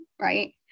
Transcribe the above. right